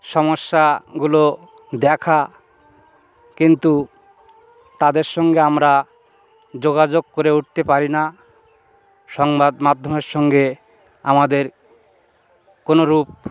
সমস্যাগুলো দেখা কিন্তু তাদের সঙ্গে আমরা যোগাযোগ করে উঠতে পারি না সংবাদ মাধ্যমের সঙ্গে আমাদের কোনোরূপ